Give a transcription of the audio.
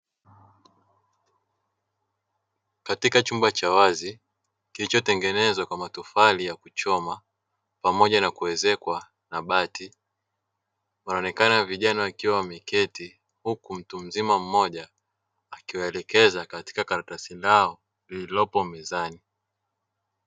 Katika chumba cha wazi kilichotengenezwa kwa matofali ya kuchoma pamoja na kuezekwa na bati, wanaonekana vijana wakiwa wameketi huku mtu mzima mmoja akiwaelekeza katika karatasi lao lililopo mezani.